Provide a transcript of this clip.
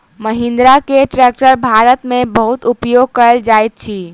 महिंद्रा के ट्रेक्टर भारत में बहुत उपयोग कयल जाइत अछि